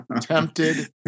tempted